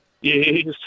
Yes